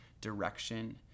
direction